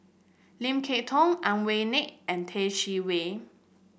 Lim Kay Tong Ang Wei Neng and Yeh Chi Wei